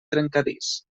trencadís